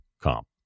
comp